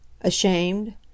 Ashamed